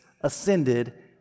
ascended